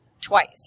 twice